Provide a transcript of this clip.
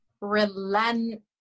Relent